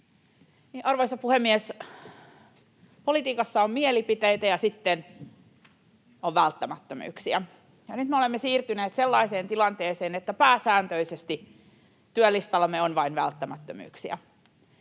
Arvoisa puhemies! Politiikassa on mielipiteitä ja sitten on välttämättömyyksiä, ja nyt me olemme siirtyneet sellaiseen tilanteeseen, että pääsääntöisesti työlistallamme on vain välttämättömyyksiä.